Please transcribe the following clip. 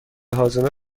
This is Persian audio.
هاضمه